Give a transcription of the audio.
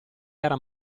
era